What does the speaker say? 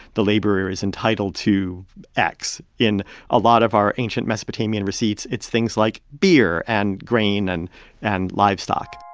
the laborer is entitled to x. in a lot of our ancient mesopotamian receipts, it's things like beer and grain and and livestock